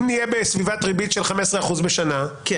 אם יהיה בסביבת ריבית של 15 אחוזים בשנה,